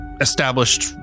established